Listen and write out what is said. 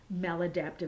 maladaptive